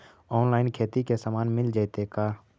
Online खेती के सामान मिल जैतै का?